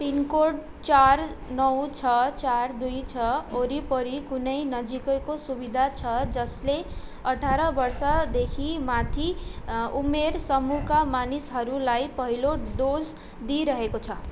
pin code चार नौ छ चार दुई छ वरिपरि कुनै नजिकैको सुविधा छ जसले अठार वर्षदेखि माथि उमेर समूहका मानिसहरूलाई पहिलो डोज दिइरहेको छ